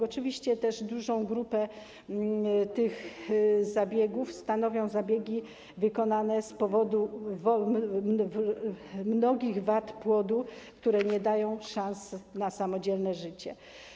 Oczywiście dużą grupę tych zabiegów stanowią też zabiegi wykonane z powodu mnogich wad płodu, które nie dają szans na samodzielne życie.